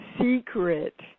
secret